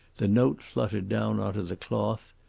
the note fluttered down on to the cloth,